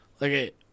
Okay